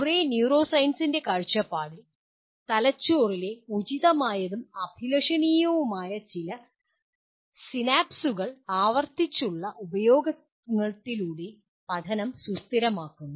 കുറേ ന്യൂറോസയൻസിൻ്റെ കാഴ്ചപ്പാടിൽ തലച്ചോറിലെ ഉചിതമായതും അഭിലഷണീയവുമായ ചില സിനാപ്സുകൾ ആവർത്തിച്ചുള്ള ഉപയോഗത്തിലൂടെ പഠനം സുസ്ഥിരമാക്കുന്നു